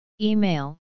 Email